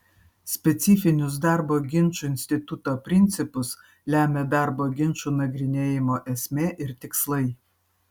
specifinius darbo ginčų instituto principus lemia darbo ginčų nagrinėjimo esmė ir tikslai